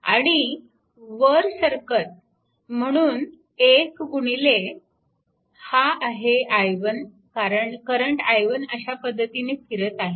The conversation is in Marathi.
आणि वर सरकत म्हणून 1 गुणिले हा आहे i1 कारण करंट i1 अशा पद्धतीने फिरत आहे